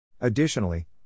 Additionally